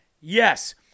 yes